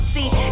See